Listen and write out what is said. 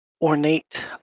ornate